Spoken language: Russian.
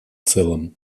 целом